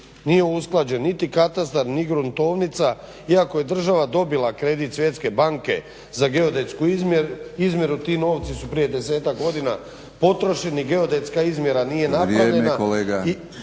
nije usklađen niti katastar ni gruntovnica iako je država dobila kredit Svjetske banke za geodetsku izmjeru. Ti novci su prije 10-tak godina potrošeni, geodetska izmjera nije napravljena